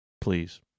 Please